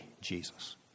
Jesus